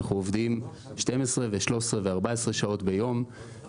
ואנחנו עובדים 12, 13, 14 שעות ביום.